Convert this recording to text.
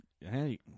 Hey